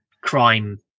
crime